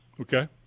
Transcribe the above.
Okay